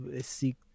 seek